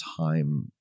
time